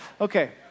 Okay